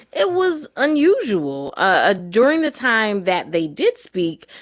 it was unusual. ah during the time that they did speak,